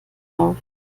auf